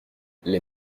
les